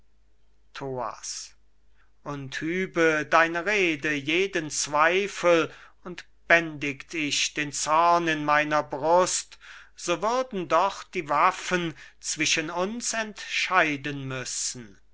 und hübe deine rede jeden zweifel und bändigt ich den zorn in meiner brust so würden doch die waffen zwischen uns entscheiden müssen